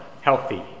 healthy